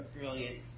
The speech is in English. brilliant